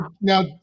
now